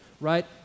Right